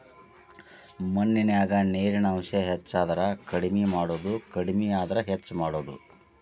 ಮಣ್ಣಿನ್ಯಾಗ ನೇರಿನ ಅಂಶ ಹೆಚಾದರ ಕಡಮಿ ಮಾಡುದು ಕಡಮಿ ಆದ್ರ ಹೆಚ್ಚ ಮಾಡುದು